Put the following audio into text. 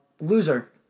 Loser